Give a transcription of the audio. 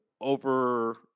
over